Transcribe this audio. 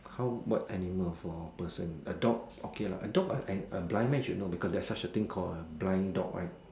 how what animal for a person a dog okay lah a dog a an blind man should know cause there's such a thing called a blind dog right